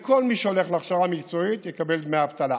וכל מי שהולך להכשרה מקצועית יקבל דמי אבטלה.